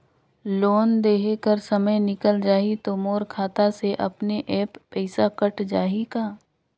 Loan देहे कर समय निकल जाही तो मोर खाता से अपने एप्प पइसा कट जाही का?